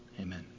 Amen